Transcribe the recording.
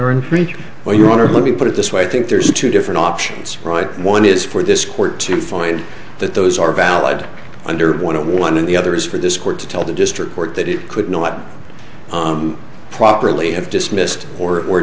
breach or your honor let me put it this way i think there's two different options right one is for this court to find that those are valid under want to one and the other is for this court to tell the district court that it could not properly have dismissed or or